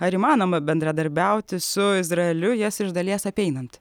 ar įmanoma bendradarbiauti su izraeliu jas iš dalies apeinant